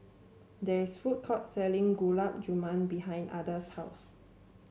there is a food court selling Gulab Jamun behind Adda's house